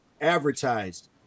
advertised